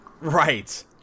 Right